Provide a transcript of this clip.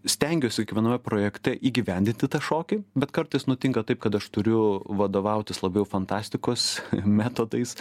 stengiuosi kiekviename projekte įgyvendinti tą šokį bet kartais nutinka taip kad aš turiu vadovautis labiau fantastikos metodais